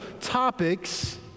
topics